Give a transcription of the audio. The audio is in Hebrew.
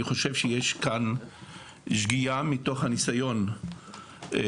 אני חושב שיש כאן שגיאה, מתוך הניסיון שלי.